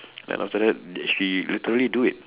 then after that she literally do it